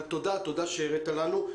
תודה שהראית לנו.